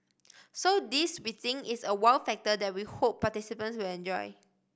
so this we think is a wow factor that we hope participants will enjoy